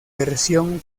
versión